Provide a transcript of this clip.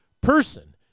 person